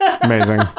Amazing